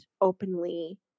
openly